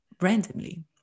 randomly